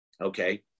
Okay